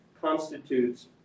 constitutes